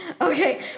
Okay